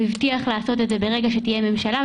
הוא הבטיח לעשות את זה ברגע שתהיה ממשלה.